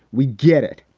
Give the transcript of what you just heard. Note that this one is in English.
we get it.